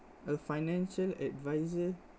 a financial advisor